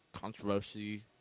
controversy